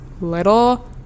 little